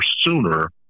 sooner